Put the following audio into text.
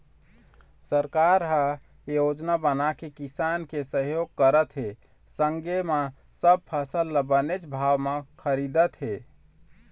सरकार ह योजना बनाके किसान के सहयोग करत हे संगे म सब फसल ल बनेच भाव म खरीदत हे